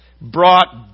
brought